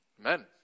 Amen